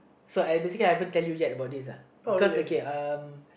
so I basically I haven't tell you yet about this lah because okay uh